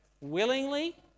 willingly